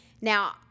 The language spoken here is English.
now